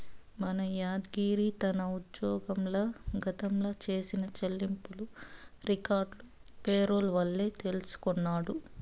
మన యాద్గిరి తన ఉజ్జోగంల గతంల చేసిన చెల్లింపులు రికార్డులు పేరోల్ వల్లే తెల్సికొన్నాడు